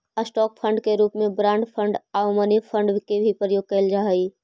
stock fund के रूप में बॉन्ड फंड आउ मनी फंड के भी प्रयोग कैल जा हई